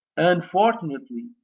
Unfortunately